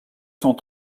cent